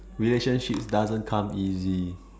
relationships doesn't come easy